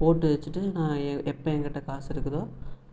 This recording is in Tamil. போட்டு வச்சிகிட்டு நான் எப்போ என்கிட்ட காசு இருக்குதோ